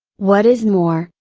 what is more,